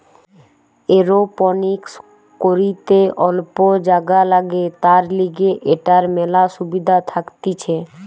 aeroponics করিতে অল্প জাগা লাগে, তার লিগে এটার মেলা সুবিধা থাকতিছে